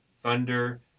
Thunder